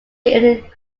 ethnic